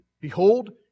Behold